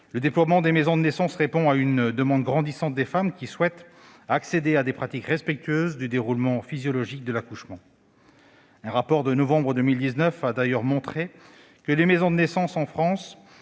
Leur déploiement répond à une demande grandissante des femmes, qui souhaitent accéder à des pratiques respectueuses du déroulement physiologique de l'accouchement. Un rapport de novembre 2019 a d'ailleurs montré que les maisons de naissance en France